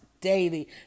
daily